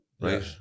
right